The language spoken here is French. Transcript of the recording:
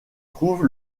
trouve